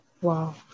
wow